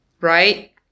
right